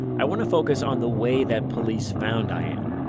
i want to focus on the way that police found diane.